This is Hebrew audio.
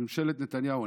ממשלת נתניהו,